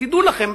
ותדעו לכם,